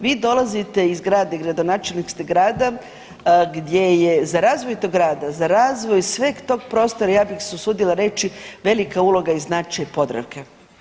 Vi dolazite iz grada i gradonačelnik ste grada gdje je za razvoj tog grada, za razvoj sveg tog prostora ja bih se usudila reći velika uloga i značaj Podravke.